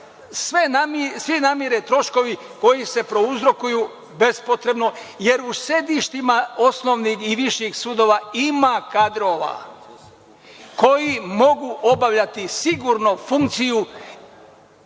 se namire svi troškovi koji se prouzrokuju bespotrebno, jer u sedištima osnovnih i viših sudova ima kadrova koji mogu obavljati sigurno funkciju